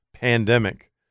pandemic